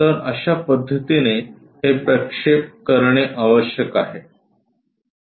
तर अशा पद्धतीने हे प्रक्षेप करणे आवश्यक आहे